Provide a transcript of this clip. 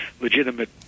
legitimate